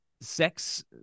sex